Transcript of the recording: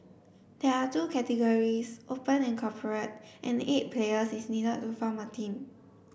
there are two categories Open and Corporate and eight players is needed to form a team